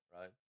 right